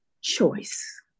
choice